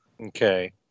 Okay